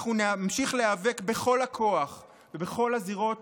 אנחנו נמשיך להיאבק בכל הכוח ובכל הזירות